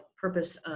Purpose